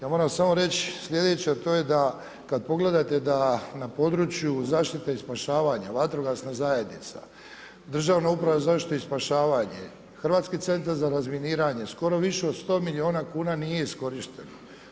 Ja moram samo reći sljedeće, a to je da kad pogledate da na području zaštite i spašavanja Vatrogasna zajednica, Državna uprava za zaštitu i spašavanje, Hrvatski centar za razminiranje skoro više od 100 milijuna kuna nije iskorišteno.